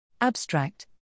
Abstract